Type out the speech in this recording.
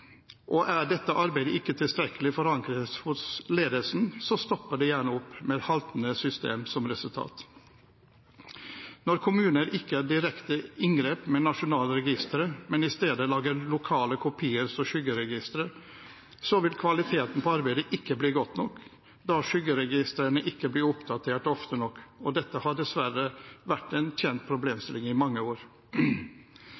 og er dette arbeidet ikke tilstrekkelig forankret hos ledelsen, stopper det gjerne opp, med et haltende system som resultat. Når kommuner ikke er i direkte inngrep med nasjonale registre, men i stedet lager lokale kopier som skyggeregistre, vil kvaliteten på arbeidet ikke bli godt nok, da skyggeregistrene ikke blir oppdatert ofte nok. Dette har dessverre vært en kjent